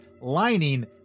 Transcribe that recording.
lining